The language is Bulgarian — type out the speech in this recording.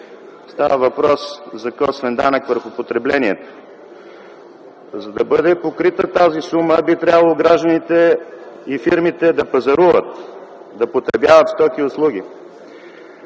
става въпрос за косвен данък върху потреблението. За да бъде покрита тази сума, би трябвало гражданите и фирмите да пазаруват, да употребяват стоки и услуги.